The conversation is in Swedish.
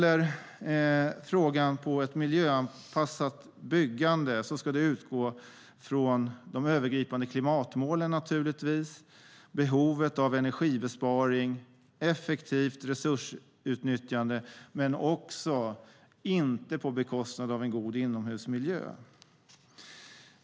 Ett miljöanpassat byggande ska utgå från de övergripande klimatmålen, behovet av energibesparing och effektivt resursutnyttjande men inte på bekostnad av en god inomhusmiljö.